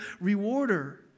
rewarder